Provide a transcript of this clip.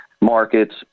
markets